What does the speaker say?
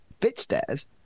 Fitstairs